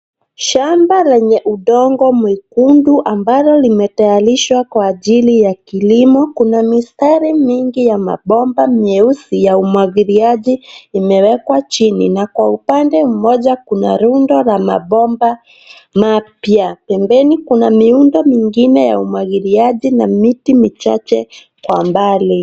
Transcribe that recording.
Shamba lenye udongo mwekundu ambalo limetayarishwa kwa ajili ya kilimo. Kuna mistari mingi ya mabomba, myeusi ya umagiliaji imewekwa chini, na kwa upande umoja kuna rundo la mabomba maapya. Tembeni, kuna miundo mingine ya umwagiliaji na miti michache kwa ambali.